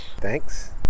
Thanks